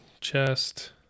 chest